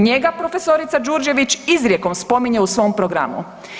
Njega prof. Đurđević izrijekom spominje u svom programu.